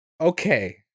Okay